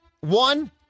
One